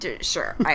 Sure